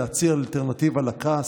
להציע אלטרנטיבה לכעס,